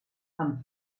hanf